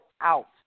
out